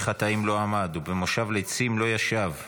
חטאים לא עמד ובמושב לֵצִים לא ישב.